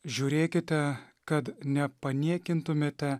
žiūrėkite kad nepaniekintumėte